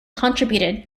contributed